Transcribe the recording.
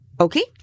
okay